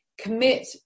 Commit